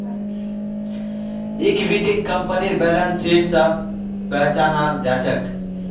इक्विटीक कंपनीर balance sheet स पहचानाल जा छेक